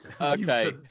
okay